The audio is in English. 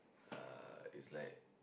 uh it's like